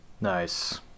nice